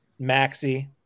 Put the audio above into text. Maxi